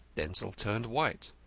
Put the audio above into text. denzil turned white.